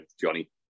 Johnny